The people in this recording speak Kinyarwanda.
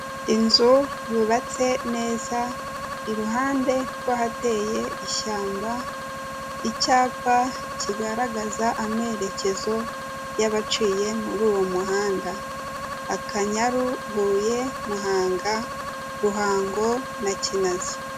Inzu yubatse neza iruhande rw'ahateye ishyamba, icyapa kigaragaza amerekezo y'abaciye muri uwo muhanda : Akanyaru, Huye, Muhanga, Ruhango na Kinazi.